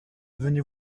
venez